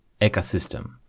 ecosystem